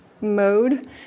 mode